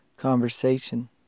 conversation